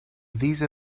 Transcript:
these